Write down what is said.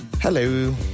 Hello